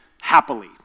happily